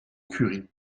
curie